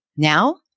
Now